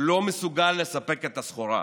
הוא לא מסוגל לספק את הסחורה,